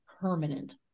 permanent